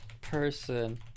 person